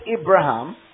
Abraham